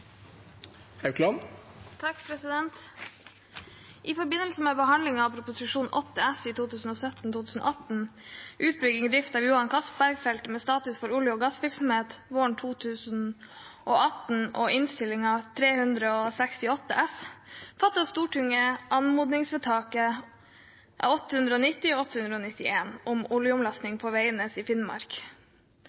I forbindelse med behandlingen av Prop. 80 S for 2017–2018 Utbygging og drift av Johan Castberg-feltet med status for olje og gassvirksomheten våren 2018 og Innst. 368 S for 2017–2018 fattet Stortinget anmodningsvedtak 890 og 891 om oljeomlasting på Veidnes i Finnmark.